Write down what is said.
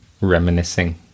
reminiscing